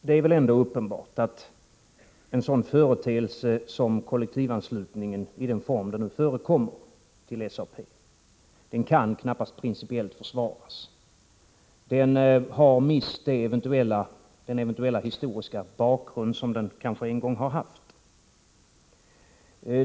Det är ändå uppenbart att en sådan företeelse som kollektivanslutningen till SAP i den form den nu förekommer knappast kan principiellt försvaras. Den har mist den eventuella historiska bakgrund som den kanske en gång har haft.